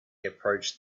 approached